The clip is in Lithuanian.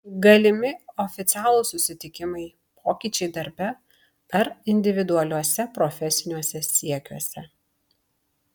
galimi oficialūs susitikimai pokyčiai darbe ar individualiuose profesiniuose siekiuose